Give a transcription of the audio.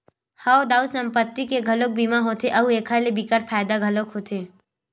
हव दाऊ संपत्ति के घलोक बीमा होथे अउ एखर ले बिकट फायदा घलोक होथे